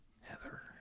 Heather